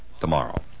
tomorrow